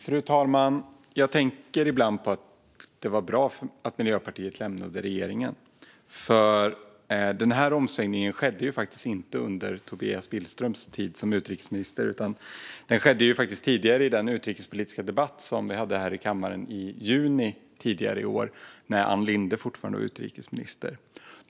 Fru talman! Jag tänker ibland att det var bra att Miljöpartiet lämnade regeringen. Den här omsvängningen har nämligen inte skett under Tobias Billströms tid som utrikesminister, utan den skedde faktiskt i den utrikespolitiska debatt vi hade i kammaren i juni i år, då Ann Linde fortfarande var utrikesminister.